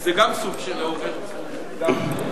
זה גם סוג של לעורר תשומת לב.